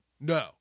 No